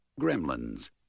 Gremlins